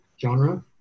genre